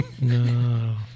No